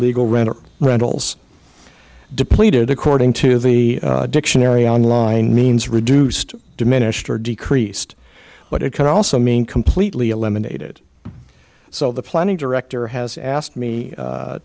illegal rental rentals depleted according to the dictionary on line means reduced diminished or decreased but it can also mean completely eliminated so the planning director has asked me